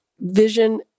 vision